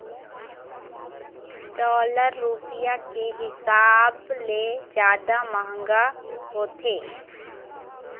dollar रुपया के हिसाब ले जादा मंहगा होथे